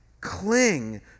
Cling